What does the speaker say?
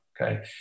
Okay